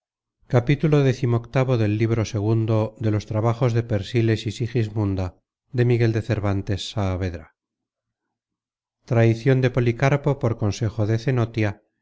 encerrarse traicion de policarpo por consejo de cenotia